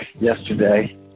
yesterday